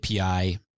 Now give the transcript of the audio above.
API